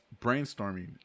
brainstorming